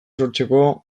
sortzeko